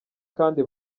kandi